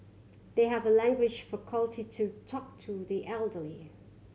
they have a language faculty to talk to the elderly